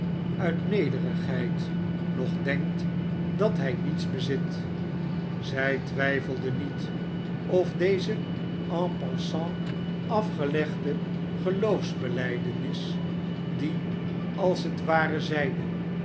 uit nederigheid nog denkt dat hij niets bezit zij twijfelde niet of deze en passant afgelegde geloo fsbelijdenis die als het ware zeide